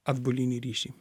atbulinį ryšį